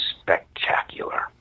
spectacular